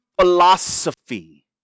philosophy